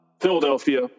Philadelphia